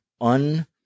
un